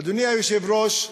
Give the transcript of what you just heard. אדוני היושב-ראש,